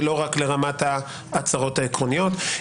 ולא רק לרמת ההצהרות העקרוניות.